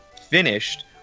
finished